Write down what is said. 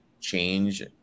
change